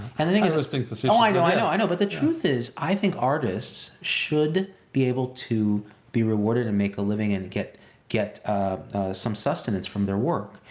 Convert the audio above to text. and the thing is i was being facetious. no, i know, i know, but the truth is i think artists should be able to be rewarded and make a living and get get some sustenance from their work.